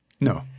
No